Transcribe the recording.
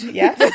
yes